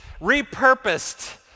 repurposed